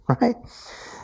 right